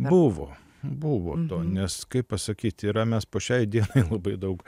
buvo buvo to nes kaip pasakyt yra mes po šiai dienai labai daug